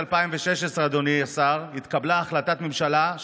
אדוני היושב-ראש, אדוני השר, תודה רבה.